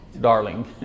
darling